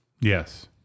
Yes